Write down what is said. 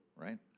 right